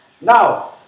Now